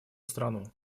страну